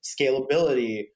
scalability